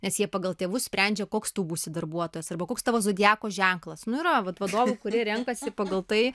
nes jie pagal tėvus sprendžia koks tu būsi darbuotojas arba koks tavo zodiako ženklas nu yra vat vadovų kurie renkasi pagal tai